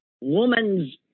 woman's